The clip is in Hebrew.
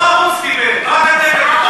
אתה דיברת.